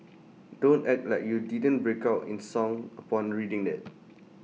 don't act like you didn't break out in song upon reading that